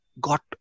got